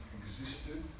existed